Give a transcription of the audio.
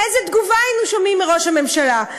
איזו תגובה היינו שומעים מראש הממשלה.